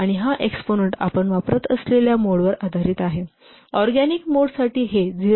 आणि हा एक्सपोनंन्ट आपण वापरत असलेल्या मोडवर आधारित आहे ऑरगॅनिक मोडसाठी हे 0